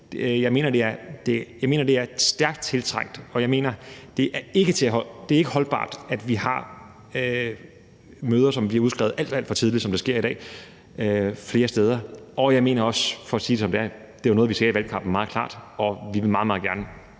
jeg mener, det er stærkt tiltrængt, og jeg mener, at det ikke er holdbart, at vi har mødre, som bliver udskrevet alt, alt for tidligt, som det sker i dag flere steder, og for at sige det, som det er, var det noget, vi sagde i valgkampen meget klart, og vi vil meget, meget gerne